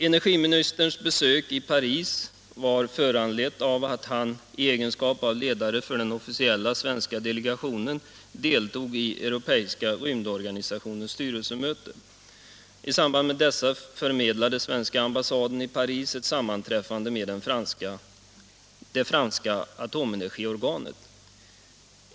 Energiministerns besök i Paris var föranlett av att han i egenskap av ledare för den officiella svenska delegationen deltog i europeiska rymdorganisationens styrelsemöte. I samband med denna resa förmedlade svenska ambassaden i Paris ett sammanträffande med det franska atomenergiorganet.